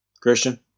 Christian